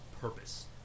purpose